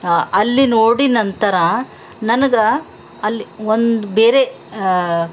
ಅಲ್ಲಿ ನೋಡಿ ನಂತರ ನನಗೆ ಅಲ್ಲಿ ಒಂದು ಬೇರೆ